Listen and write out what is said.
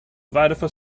varför